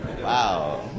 Wow